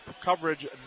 coverage